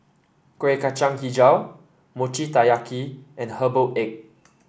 Kuih Kacang hijau Mochi Taiyaki and Herbal Egg